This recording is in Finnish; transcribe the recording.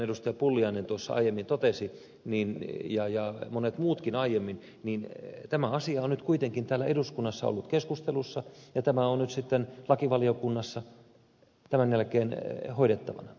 pulliainen tuossa aiemmin totesi ja monet muutkin aiemmin tämä asia on nyt kuitenkin täällä eduskunnassa ollut keskustelussa ja tämä on nyt sitten lakivaliokunnassa tämän jälkeen hoidettavana